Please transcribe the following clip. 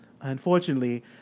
Unfortunately